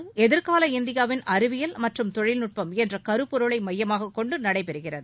எதிர்கால இந்தியாவின் அறிவியல் மற்றும் தொழில்நட்பம் என்ற கருப்பொருளை மையமாகக் கொண்டு நடைபெறுகிறது